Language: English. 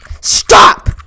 Stop